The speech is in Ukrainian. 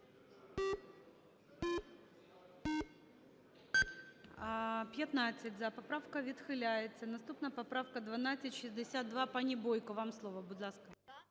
За-15 Поправка відхиляється. Наступна поправка – 1262. Пані Бойко, вам слово, будь ласка.